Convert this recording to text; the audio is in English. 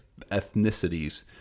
ethnicities